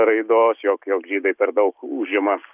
raidos jog jog žydai per daug užima